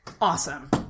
awesome